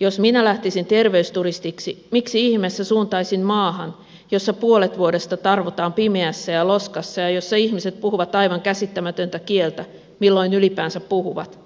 jos minä lähtisin terveysturistiksi miksi ihmeessä suuntaisin maahan jossa puolet vuodesta tarvotaan pimeässä ja loskassa ja jossa ihmiset puhuvat aivan käsittämätöntä kieltä milloin ylipäänsä puhuvat